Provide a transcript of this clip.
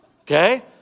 okay